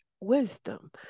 wisdom